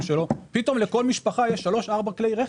שלו פתאום לכל משפחה יש שלושה-ארבעה כלי רכב,